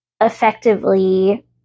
effectively